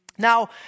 Now